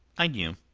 i knew.